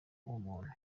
ubumuntu